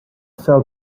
fell